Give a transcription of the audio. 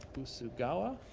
usagawa.